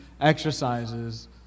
exercises